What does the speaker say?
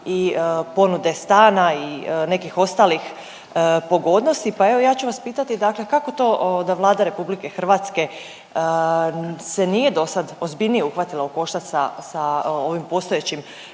i ponude stana i nekih ostalih pogodnosti. Pa evo ja ću vas pitati dakle kako to da Vlada RH se nije do sad ozbiljnije uhvatila u koštac sa, sa ovim postojećim